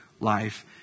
life